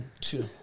two